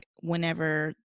whenever